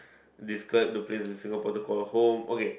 describe the place in Singapore to call home okay